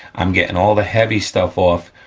i'm getting all the heavy stuff off,